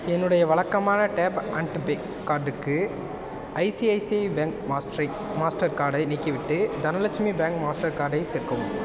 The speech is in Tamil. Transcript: என்னுடைய வழக்கமான டேப் அண்ட் பே கார்டுக்கு ஐசிஐசிஐ பேங்க் மாஸ்டரை மாஸ்டர் கார்டை நீக்கிவிட்டு தனலக்ஷ்மி பேங்க் மாஸ்டர் கார்டை சேர்க்கவும்